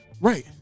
Right